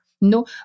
No